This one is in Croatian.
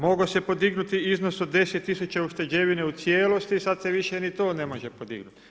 Mogao se podignuti iznos od 10 000 ušteđevine u cijelosti, sad se više ni to ne može podignuti.